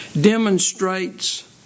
demonstrates